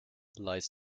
lies